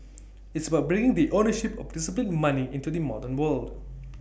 it's about bringing the ownership of disciplined money into the modern world